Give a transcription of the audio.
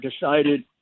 decided